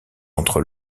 entre